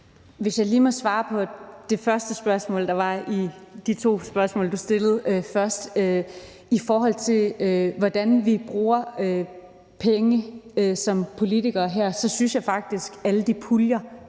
Hvis jeg lige må svare på det første spørgsmål, der var i de to spørgsmål, du stillede først, i forhold til hvordan vi som politikere her bruger penge, så synes jeg faktisk, at alle de puljer,